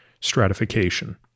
stratification